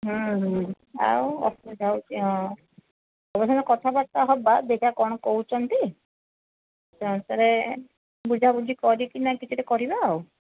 ହୁଁ ହୁଁ ଆଉ ଅସୁବିଧା ହେଉଛି ହଁ ଆଉ କଥାବାର୍ତ୍ତା ହେବା ଦେଖିବା କ'ଣ କହୁଛନ୍ତି ସେ ଅନୁସାରେ ବୁଝାବୁଝି କରିକିନା କିଛି ଗୋଟେ କରିବା ଆଉ